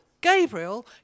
Gabriel